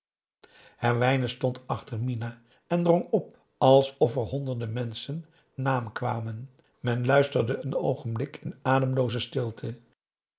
herwijnen stond achter mina en drong op alsof er honderden menschen na hem kwamen men luisterde een oogenblik in ademlooze stilte